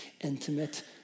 intimate